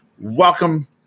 Welcome